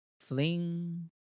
Fling